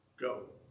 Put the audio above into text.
go